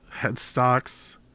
headstocks